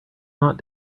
not